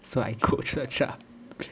so I coach coach ah